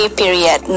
period